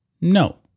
no